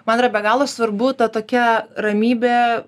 man yra be galo svarbu ta tokia ramybė